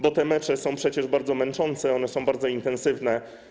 Bo te mecze są przecież bardzo męczące, one są bardzo intensywne.